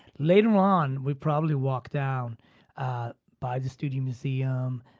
later on, we'll probably walk down by the studio museum,